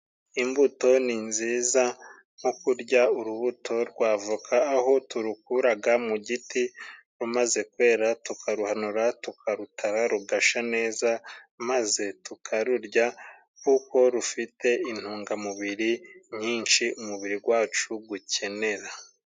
Imbuto ninziza nko kurya urubuto rwavoka, aho turukuraga mu giti rumaze kwera tukaruhanura tukarutara rugasha neza maze tukarurya kuko rufite, intungamubiri nyinshi umubiri gwacu gukenera.